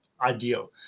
ideal